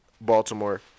Baltimore